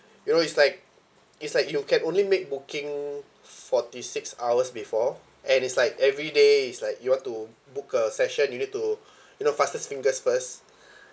you know it's like it's like you can only make booking forty six hours before and it's like everyday it's like you want to book a session you need to you know fastest fingers first